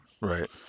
Right